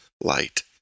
light